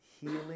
healing